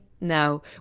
No